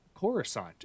Coruscant